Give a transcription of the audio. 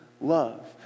love